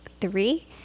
three